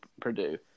Purdue